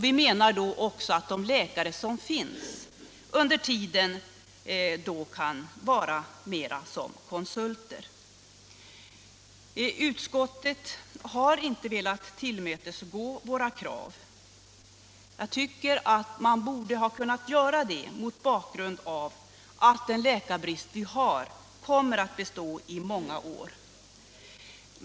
Vi menar att de läkare som finns under tiden kan fungera mera som konsulter. Utskottet har inte velat tillmötesgå våra krav. Jag tycker att man borde ha kunnat göra det, mot bakgrund av att den läkarbrist vi har kommer att bestå i många år.